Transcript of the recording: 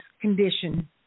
condition